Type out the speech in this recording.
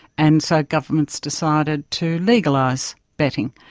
and so governments decided to legalise betting,